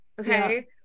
Okay